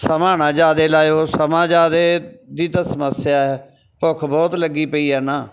ਸਮਾਂ ਨਾ ਜ਼ਿਆਦਾ ਲਾਇਓ ਸਮਾਂ ਜ਼ਿਆਦਾ ਦੀ ਤਾਂ ਸਮੱਸਿਆ ਹੈ ਭੁੱਖ ਬਹੁਤ ਲੱਗੀ ਪਈ ਹੈ ਨਾ